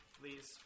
please